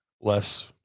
less